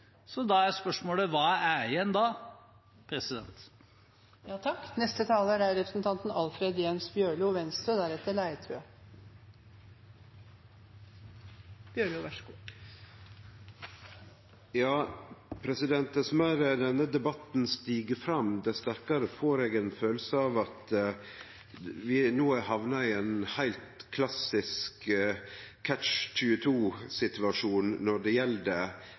meir denne debatten stig fram, dess sterkare får eg ein følelse av at vi no er hamna i ein heilt klassisk Catch-22-situasjon når det gjeld